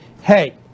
hey